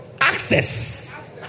Access